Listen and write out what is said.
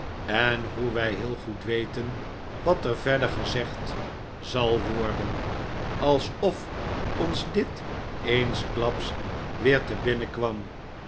en hoe wij heel goed weten wat er verder gezegd zal worden alsof ons dit eensklaps weer te